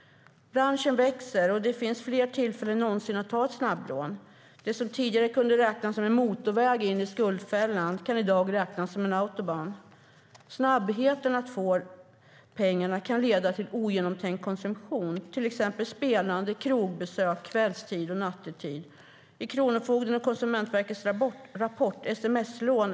Branschen växer, och det finns fler tillfällen än någonsin att ta ett snabblån. Det som tidigare kunde räknas som en motorväg in i skuldfällan kan i dag räknas som en autobahn. Snabbheten med vilken man kan få pengarna kan leda till ogenomtänkt konsumtion, till exempel spelande och krogbesök kvällstid och nattetid. I kronofogdens och Konsumentverkets rapport SMS-lån.